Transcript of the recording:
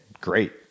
great